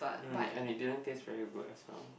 mm and it didn't taste very good as well